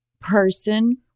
person